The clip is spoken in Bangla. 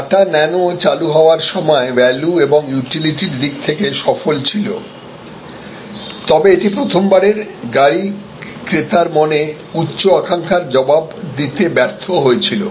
টাটা ন্যানো চালু হওয়ার সময় ভ্যালু এবং ইউটিলিটি র দিক থেকে সফল ছিল তবে এটি প্রথমবারের গাড়ি ক্রেতার মনে উচ্চ আকাঙ্ক্ষার জবাব দিতে ব্যর্থ হয়েছিল